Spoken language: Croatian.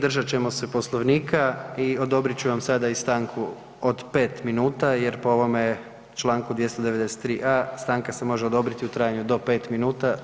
Držat ćemo se Poslovnika i odobrit ću vam sada i stanku od 5 minuta jer po ovome čl. 293.a stanka se može odobriti u trajanju do 5 minuta.